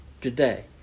today